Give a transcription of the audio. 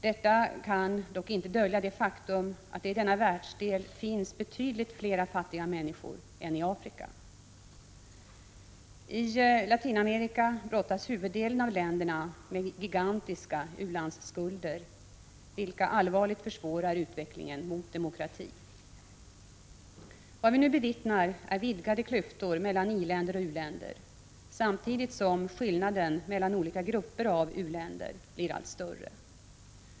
Detta kan dock inte dölja det faktum att det i denna världsdel finns betydligt fler fattiga människor än i Afrika. I Latinamerika brottas huvuddelen av länderna med gigantiska utlandsskulder, vilket allvarligt försvårar utvecklingen mot demokrati. Vad vi nu bevittnar är vidgade klyftor mellan i-länder och u-länder samtidigt som skillnaden mellan olika grupper av u-länder blir allt större.